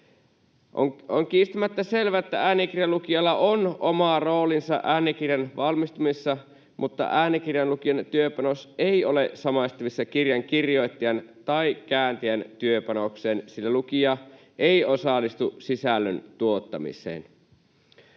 On kiistämättä selvää, että äänikirjan lukijalla on oma roolinsa äänikirjan valmistumisessa, mutta äänikirjan lukijan työpanos ei ole samaistettavissa kirjan kirjoittajan tai kääntäjän työpanokseen, sillä lukija ei osallistu sisällön tuottamiseen.